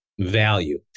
value